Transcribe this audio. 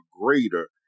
greater